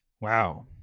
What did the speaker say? Wow